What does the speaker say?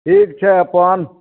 ठीक छै अपन